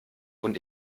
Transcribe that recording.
und